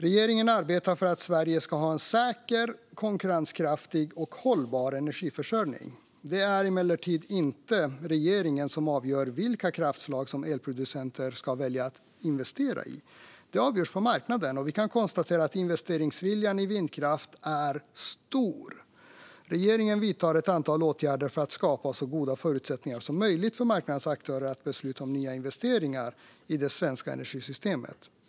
Regeringen arbetar för att Sverige ska ha en säker, konkurrenskraftig och hållbar energiförsörjning. Det är emellertid inte regeringen som avgör vilka kraftslag som elproducenter ska välja att investera i. Det avgörs på marknaden, och vi kan konstatera att investeringsviljan i vindkraft är stor. Regeringen vidtar ett antal åtgärder för att skapa så goda förutsättningar som möjligt för marknadens aktörer att besluta om nya investeringar i det svenska energisystemet.